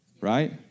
right